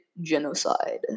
genocide